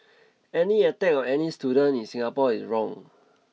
any attack on any student in Singapore is wrong